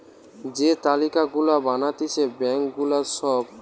যে তালিকা গুলা বানাতিছে ব্যাঙ্ক গুলার সব